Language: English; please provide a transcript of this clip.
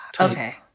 Okay